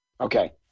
Okay